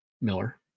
Miller